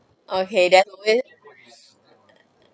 okay then with